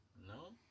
No